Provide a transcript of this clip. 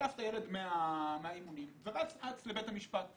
שלף את הילד מהאימונים ורץ לבית המשפט השלום.